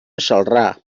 celrà